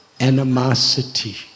animosity